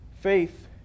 faith